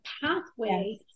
pathway